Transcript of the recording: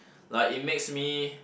like it makes me